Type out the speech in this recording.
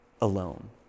alone